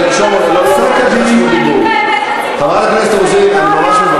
חברת הכנסת רוזין, אני ממש מבקש.